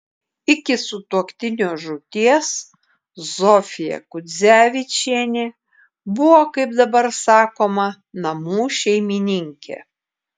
iki sutuoktinio žūties zofija kudzevičienė buvo kaip dabar sakoma namų šeimininkė